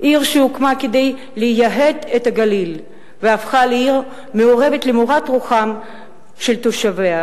עיר שהוקמה כדי לייהד את הגליל והפכה לעיר מעורבת למורת רוחם של תושביה,